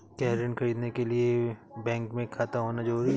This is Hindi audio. क्या ऋण ख़रीदने के लिए बैंक में खाता होना जरूरी है?